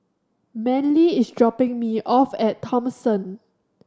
Manly is dropping me off at Thomson